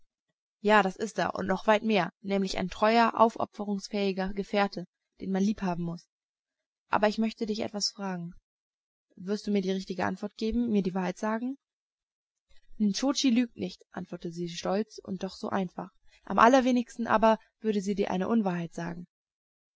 ja das ist er und noch weit mehr nämlich ein treuer aufopferungsfähiger gefährte den man lieb haben muß aber ich möchte dich etwas fragen wirst du mir die richtige antwort geben mir die wahrheit sagen nscho tschi lügt nicht antwortete sie stolz und doch so einfach am allerwenigsten aber würde sie dir eine unwahrheit sagen